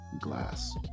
Glass